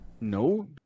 No